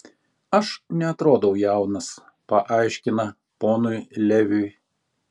aš neatrodau jaunas paaiškina ponui leviui